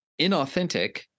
inauthentic